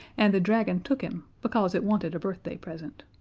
and the dragon took him because it wanted a birthday present.